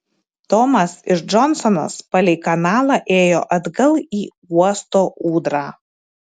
tomas ir džonsonas palei kanalą ėjo atgal į uosto ūdrą